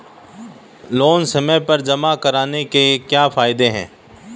Loan समय पर जमा कराने के क्या फायदे हैं?